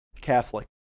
Catholic